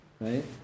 right